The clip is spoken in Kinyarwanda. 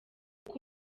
uko